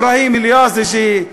אברהים אל-יאזג'י,